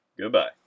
goodbye